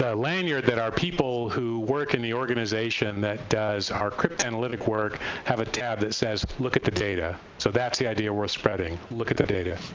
lanyard that our people who work in the organization that does our crypto-analytic work have a tab that says, look at the data. so that's the idea worth spreading. look at the data.